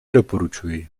doporučuji